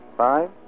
Five